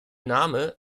name